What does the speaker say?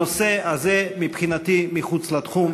הנושא הזה מבחינתי מחוץ לתחום.